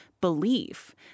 Belief